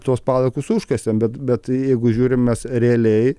tuos palaikus užkasėm bet bet jeigu žiūrim mes realiai